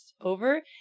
over